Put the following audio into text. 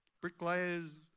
bricklayers